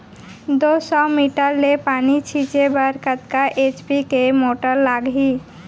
दो सौ मीटर ले पानी छिंचे बर कतका एच.पी के मोटर लागही?